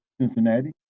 Cincinnati